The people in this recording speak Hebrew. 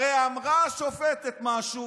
הרי אמרה השופטת משהו,